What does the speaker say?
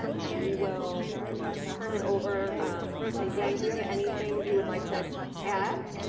and we will turn it over to yang, do you have anything you would like to add?